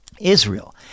Israel